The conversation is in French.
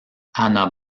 hannah